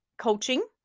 coaching